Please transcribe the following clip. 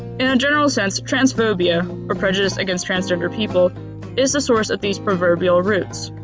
and general sense transphobia or prejudice against transgendr people is the source of these preverbal roots.